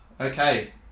Okay